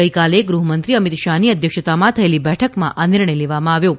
ગઇકાલે ગૃહમંત્રી અમિત શાહની અધ્યક્ષતામાં થયેલી બેઠકમાં આ નિર્ણય લેવામાં આવ્યો હતો